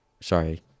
sorry